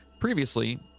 previously